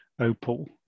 Opal